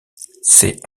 ces